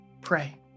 Pray